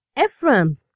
Ephraim